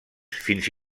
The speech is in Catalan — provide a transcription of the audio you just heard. fins